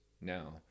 now